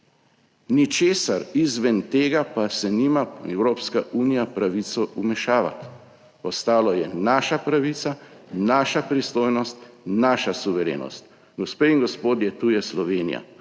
ničesar izven tega pa se nima Evropska unija pravico vmešavati, ostalo je naša pravica, naša pristojnost, naša suverenost. Gospe in gospodje, tu je Slovenija,